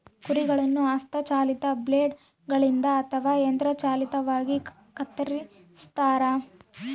ಕುರಿಗಳನ್ನು ಹಸ್ತ ಚಾಲಿತ ಬ್ಲೇಡ್ ಗಳಿಂದ ಅಥವಾ ಯಂತ್ರ ಚಾಲಿತವಾಗಿ ಕತ್ತರಿಸ್ತಾರ